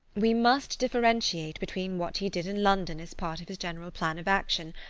we must differentiate between what he did in london as part of his general plan of action,